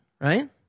right